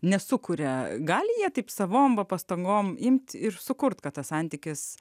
nesukuria gali jie taip savom va pastangom imt ir sukurt kad tas santykis